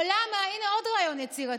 הינה עוד רעיון יצירתי: